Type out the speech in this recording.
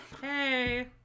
hey